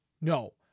No